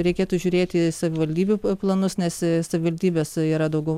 reikėtų žiūrėti į savivaldybių planus nes savivaldybės yra daugiau